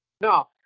No